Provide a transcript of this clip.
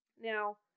Now